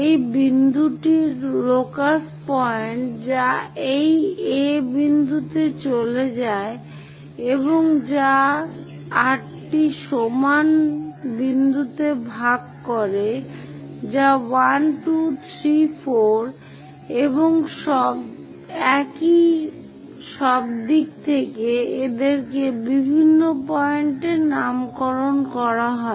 এই বিন্দুটির locus point যা এই A বিন্দুতে চলে যায় এবং যা 8 সমান বিন্দুতে ভাগ করে যা 1 2 3 4 এবং একই সবদিক থেকেই এদেরকে বিভিন্ন পয়েন্টে নামকরণ করা হয়